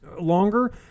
longer